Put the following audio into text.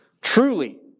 Truly